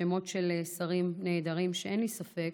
שמות של שרים נהדרים, ואין לי ספק,